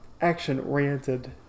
action-oriented